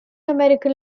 american